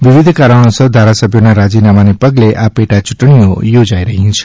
વિવિધ કારણોસર ધારાસભ્યોના રાજીનામાને પગલે આ પેટા ચૂંટણીઓ યોજાઇ રહી છે